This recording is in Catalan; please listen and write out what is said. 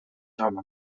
jaume